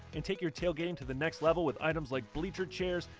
and take your tailgating to the next level with items like bleacher chairs,